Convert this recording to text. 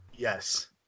Yes